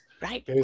Right